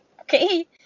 Okay